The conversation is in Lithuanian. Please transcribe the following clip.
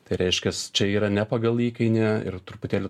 tai reiškias čia yra ne pagal įkainį ir truputėlį